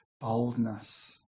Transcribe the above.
boldness